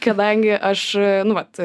kadangi aš nu vat